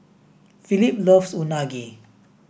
Phillip loves Unagi